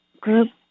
group